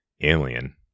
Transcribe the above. alien